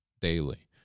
daily